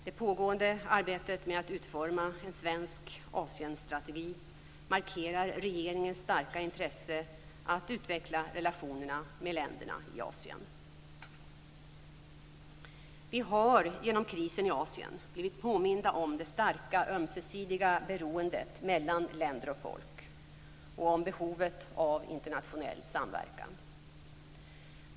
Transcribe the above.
Det pågående arbetet med att utforma en svensk Asienstrategi markerar regeringens starka intresse att utveckla relationerna med länderna i Asien. Vi har genom krisen i Asien blivit påminda om det starka ömsesidiga beroendet mellan länder och folk och om behovet av internationell samverkan.